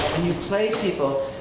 when you play people,